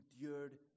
endured